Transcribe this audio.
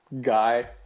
guy